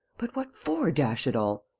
but what for, dash it all?